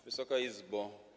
Wysoka Izbo!